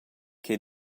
ch’ei